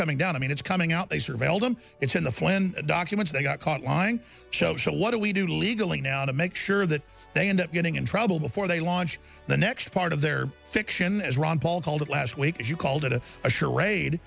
coming down i mean it's coming out they surveiled him it's in the plan documents they got caught lying shows so what do we do legally now to make sure that they end up getting in trouble before they launch the next part of their fiction as ron paul called it last week as you called it a charade